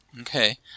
Okay